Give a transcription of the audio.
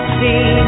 see